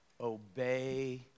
obey